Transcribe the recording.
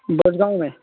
دس گاؤں میں